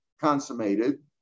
consummated